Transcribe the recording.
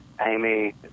Amy